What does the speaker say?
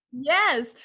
Yes